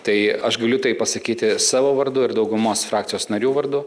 tai aš galiu tai pasakyti savo vardu ir daugumos frakcijos narių vardu